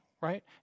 right